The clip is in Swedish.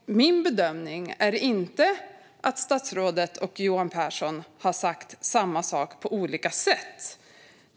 Min bedömning är inte att statsrådet och Johan Pehrson har sagt samma sak på olika sätt.